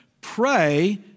pray